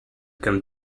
can